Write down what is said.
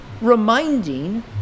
reminding